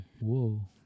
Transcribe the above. Whoa